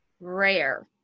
rare